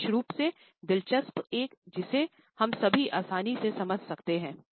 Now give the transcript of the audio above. विशेष रूप से दिलचस्प एक जिसे हम सभी आसानी से समझ सकते हैं